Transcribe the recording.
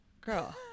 girl